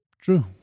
True